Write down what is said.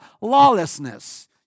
lawlessness